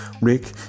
Rick